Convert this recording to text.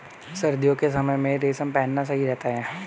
सर्दियों के समय में रेशम पहनना सही रहता है